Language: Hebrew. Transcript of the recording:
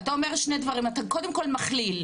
אתה אומר שני דברים, אתה קודם כל מכליל.